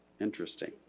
interesting